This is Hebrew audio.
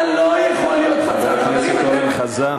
אבל לא יכול להיות מצב, חבר הכנסת אורן חזן.